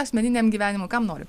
asmeniniam gyvenimui kam noriu